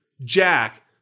Jack